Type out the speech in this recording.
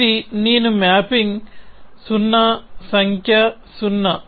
ఇది నేను మ్యాపింగ్ సున్నా సంఖ్య సున్నా